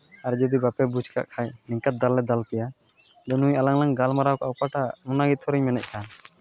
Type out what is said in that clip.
ᱟᱨ ᱡᱩᱫᱤ ᱵᱟᱯᱮ ᱵᱩᱡᱽ ᱟᱠᱟᱫ ᱠᱷᱟᱱ ᱱᱤᱝᱠᱟᱹ ᱫᱟᱞ ᱞᱮ ᱫᱟᱞ ᱯᱮᱭᱟ ᱟᱫᱚ ᱱᱩᱭ ᱟᱞᱟᱝ ᱞᱟᱝ ᱜᱟᱞᱢᱟᱨᱟᱣ ᱟᱠᱟᱫ ᱚᱠᱟᱴᱟᱜ ᱚᱱᱟᱜᱮ ᱛᱷᱚᱨ ᱤᱧ ᱢᱮᱱᱮᱫ ᱠᱟᱱ